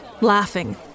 laughing